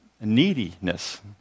neediness